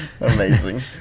Amazing